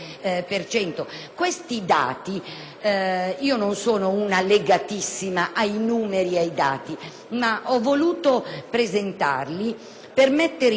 Io non sono legatissima ai numeri e ai dati, ma questi ho voluto presentarli per mettere in evidenza l'abisso